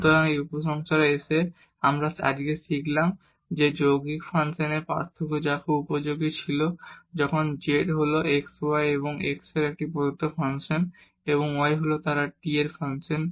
সুতরাং এই উপসংহারে এসে আমরা আজ শিখলাম যৌগিক ফাংশনের পার্থক্য যা খুব উপযোগী ছিল যখন z হল x y এবং x হল একটি প্রদত্ত ফাংশন এবং y হল তারা t এর ফাংশন